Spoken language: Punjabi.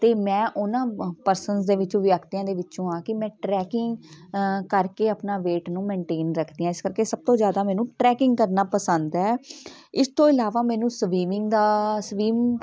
ਅਤੇ ਮੈਂ ਉਹਨਾਂ ਪਰਸਨਸ ਦੇ ਵਿੱਚ ਵਿਅਕਤੀਆਂ ਦੇ ਵਿੱਚੋਂ ਹਾਂ ਕਿ ਮੈਂ ਟਰੈਕਿੰਗ ਕਰਕੇ ਆਪਣਾ ਵੇਟ ਨੂੰ ਮੇਨਟੇਨ ਰੱਖਦੀ ਹਾਂ ਇਸ ਕਰਕੇ ਸਭ ਤੋਂ ਜ਼ਿਆਦਾ ਮੈਨੂੰ ਟਰੈਕਿੰਗ ਕਰਨਾ ਪਸੰਦ ਹੈ ਇਸ ਤੋਂ ਇਲਾਵਾ ਮੈਨੂੰ ਸਵੀਮਿੰਗ ਦਾ ਸਵੀਮ